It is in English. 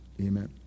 amen